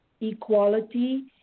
equality